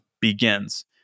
begins